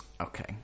Okay